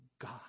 God